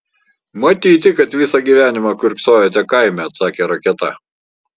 matyti kad visą gyvenimą kiurksojote kaime atsakė raketa